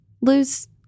lose